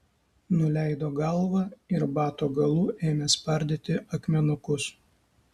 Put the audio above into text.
nuleido galvą ir bato galu ėmė spardyti akmenukus